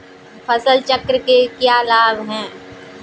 फसल चक्र के क्या लाभ हैं?